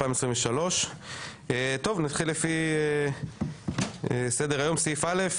2023. נתחיל לפי סדר היום: סעיף א.